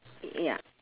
ya